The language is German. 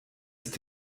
ist